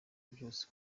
byose